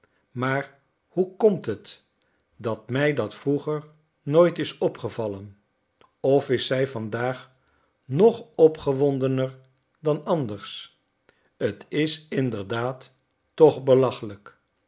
maar hoe komt het dat mij dat vroeger nooit is opgevallen of is zij vandaag nog opgewondener dan anders t is inderdaad toch belachelijk